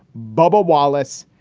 bubba wallace.